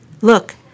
Look